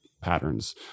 patterns